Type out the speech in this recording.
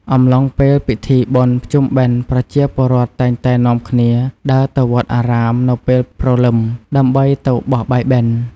អំឡុងពេលពិធីបុណ្យភ្ជុំបិណ្ឌប្រជាពលរដ្ឋតែងតែនាំគ្នាដើរទៅវត្ដអារាមនៅពេលព្រលឹម ដើម្បីទៅបោះបាយបិណ្ឌ។